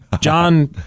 John